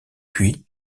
puis